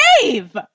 Dave